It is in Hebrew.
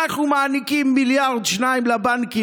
אנחנו מעניקים 1 2 מיליארד לבנקים,